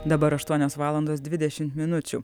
dabar aštuonios valandos dvidešimt minučių